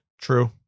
True